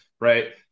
right